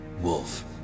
Wolf